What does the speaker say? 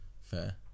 Fair